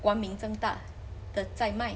光明正大的在卖